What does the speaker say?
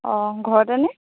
অঁ ঘৰতেনে